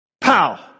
pow